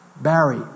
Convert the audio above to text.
Barry